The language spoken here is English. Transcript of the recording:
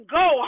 go